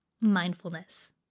mindfulness